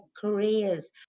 careers